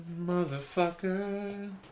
Motherfucker